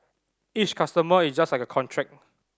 each customer is just like a contract